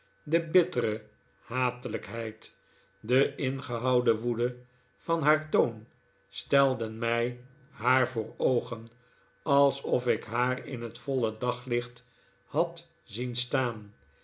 de bittere hatelijkheid en ingehouden woede van haar toon stelden mij haar voor oogen alsof ik haar in het voile licht had zien staan